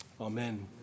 Amen